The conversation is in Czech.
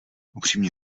upřímně